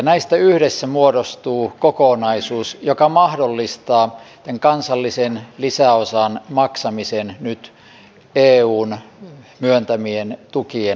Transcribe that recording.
näistä yhdessä muodostuu kokonaisuus joka mahdollistaa tämän kansallisen lisäosan maksamisen nyt eun myöntämien tukien päälle